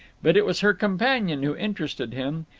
but it was her companion who interested him.